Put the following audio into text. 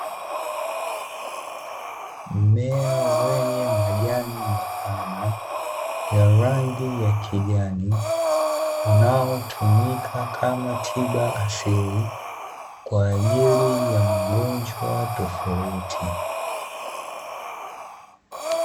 Mmea wenye majani mapana ya rangi ya kijani unaotumika kama tiba asili kwa ajili ajili ya magonjwa tofauti.